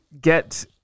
get